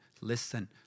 listen